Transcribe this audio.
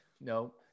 No